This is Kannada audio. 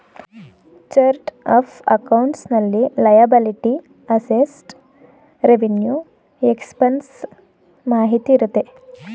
ಚರ್ಟ್ ಅಫ್ ಅಕೌಂಟ್ಸ್ ನಲ್ಲಿ ಲಯಬಲಿಟಿ, ಅಸೆಟ್ಸ್, ರೆವಿನ್ಯೂ ಎಕ್ಸ್ಪನ್ಸಸ್ ಮಾಹಿತಿ ಇರುತ್ತೆ